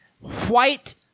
white